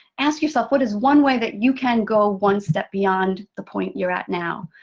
ask yourself, what is one way that you can go one step beyond the point you're at now.